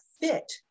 fit